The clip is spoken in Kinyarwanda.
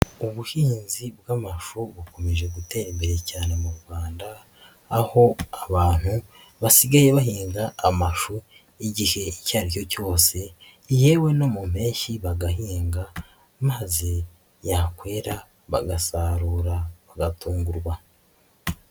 Ubuhinzi bw'amashu bukomeje gutera imbere cyane mu Rwanda aho abantu basigaye bahinga amashu igihe icyo ari cyo cyose yewe no mu mpeshyi bagahinga maze yakwera bagasarura bagatungurwa.